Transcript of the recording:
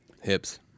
Hips